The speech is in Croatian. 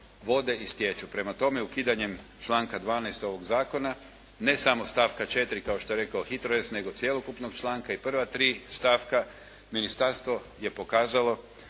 vode i skreću. Prema tome, ukidanjem članka 12. ovoga Zakona, ne samo starta 4. kao što je rekao HITRORez, nego cjelokupnog članka i prva tri stavka Ministarstvo je pokazalo